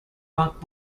rock